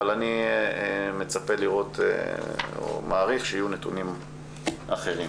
אבל אני מעריך שיהיו נתונים אחרים.